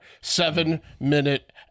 Seven-minute